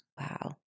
Wow